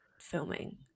filming